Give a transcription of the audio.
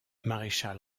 maréchal